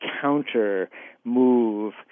counter-move